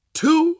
two